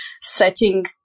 setting